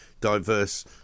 diverse